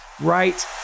right